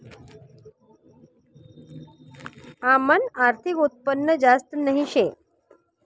आमनं आर्थिक उत्पन्न जास्त नही शे